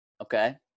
Okay